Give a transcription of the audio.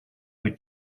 would